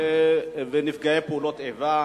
ונפגעי פעולות איבה.